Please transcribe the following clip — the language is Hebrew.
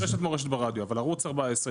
יש ערוץ מורשת ברדיו,